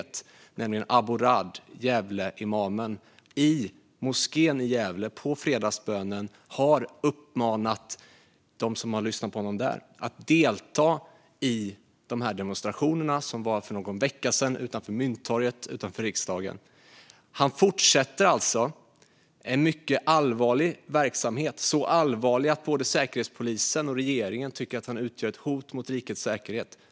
Det handlar nämligen om Abo Raad, Gävleimamen, som i moskén i Gävle på fredagsbönen har uppmanat dem som har lyssnat på honom där att delta i demonstrationerna på Mynttorget utanför riksdagen för någon vecka sedan. Han fortsätter alltså en mycket allvarlig verksamhet, så allvarlig att både Säkerhetspolisen och regeringen tycker att han utgör ett hot mot rikets säkerhet.